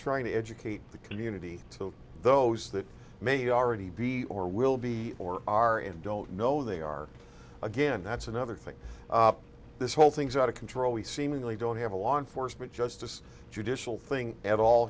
trying to educate the community to those that may already be or will be or are in don't know they are again that's another thing this whole thing's out of control we seemingly don't have a law enforcement justice judicial thing at all